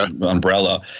umbrella